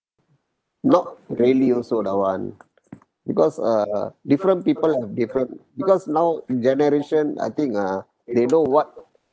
not really also that [one] because uh different people have different because now generation I think ah they know what